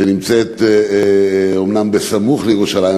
שנמצאת אומנם סמוך לירושלים,